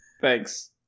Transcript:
Thanks